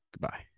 Goodbye